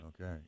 Okay